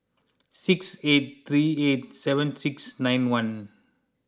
six eight three eight seven six nine one